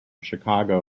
chicago